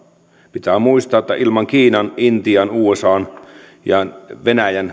pitää muistaa että ilman kiinan intian usan venäjän